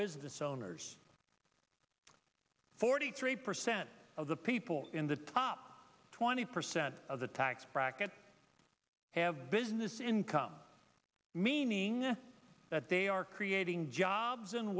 business owners forty three percent of the people in the top twenty percent of the tax bracket have business income meaning that they are creating jobs in